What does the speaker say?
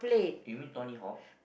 you mean Tony-Hawk